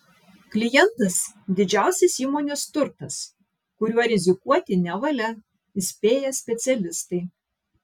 klientas didžiausias įmonės turtas kuriuo rizikuoti nevalia įspėja specialistai